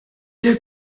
der